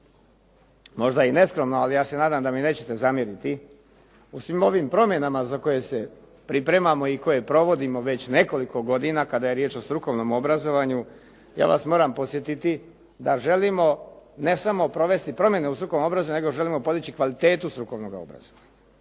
možda i neskromno ali ja se nadam da mi nećete zamjeriti. U svim ovim promjenama za koje se pripremamo i koje provodimo već nekoliko godina kada je riječ o strukovnom obrazovanju ja vas moram podsjetiti da želimo ne samo provesti promjene u strukovnom obrazovanju nego želimo podići kvalitetu strukovnoga obrazovanja.